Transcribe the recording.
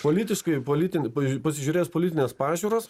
politiškai politinį pažiū pasižiūrėjus politines pažiūras